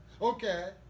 Okay